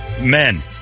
Men